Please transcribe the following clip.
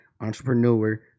entrepreneur